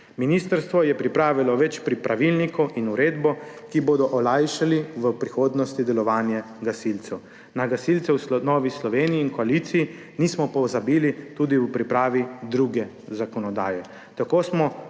Ministrstvo je pripravilo več pravilnikov in uredbo, ki bodo v prihodnosti olajšali delovanje gasilcev. Na gasilce v Novi Sloveniji in koaliciji nismo pozabili tudi ob pripravi druge zakonodaje.